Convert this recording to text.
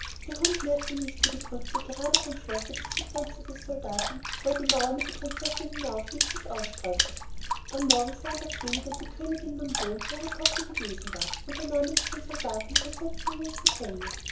der hund merkte nicht wie die grütze gerade vom schlosse bis zum fenster des soldaten wo er die mauer mit der prinzessin hinauflief sich ausstreute am morgen sahen der könig und die königin nun wohl wo ihre tochter gewesen war und da nahmen sie den soldaten und setzten ihn ins gefängnis